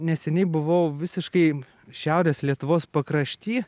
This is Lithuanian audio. neseniai buvau visiškai šiaurės lietuvos pakrašty